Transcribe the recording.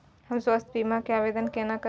हम स्वास्थ्य बीमा के आवेदन केना करब?